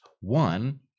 One